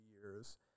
years